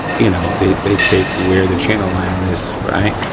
you know, they take where the channel liner is, right,